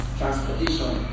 transportation